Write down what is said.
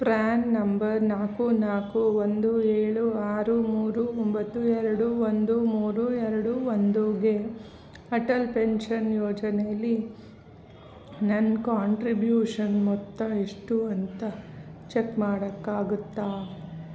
PRAN number ನಾಲ್ಕು ನಾಲ್ಕು ಒಂದು ಏಳು ಆರು ಮೂರು ಒಂಬತ್ತು ಎರಡು ಒಂದು ಮೂರು ಎರಡು ಒಂದುಗೆ ಅಟಲ್ ಪೆನ್ಷನ್ ಯೋಜನೇಲಿ ನನ್ನ ಕಾಂಟ್ರಿಬ್ಯೂಷನ್ ಮೊತ್ತ ಎಷ್ಟು ಅಂತ ಚೆಕ್ ಮಾಡೋಕ್ಕಾಗುತ್ತಾ